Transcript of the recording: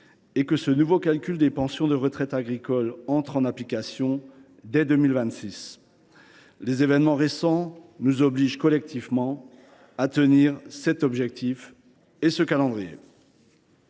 et que ce nouveau mode de calcul des pensions de retraite agricoles entre en vigueur dès 2026 ! Les événements récents nous obligent collectivement à tenir cet objectif et ce calendrier.